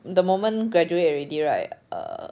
the moment graduate already right err